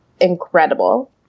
incredible